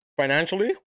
financially